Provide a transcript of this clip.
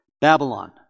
Babylon